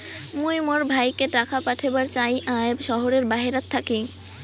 মুই মোর ভাইকে টাকা পাঠাবার চাই য়ায় শহরের বাহেরাত থাকি